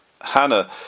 Hannah